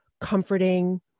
comforting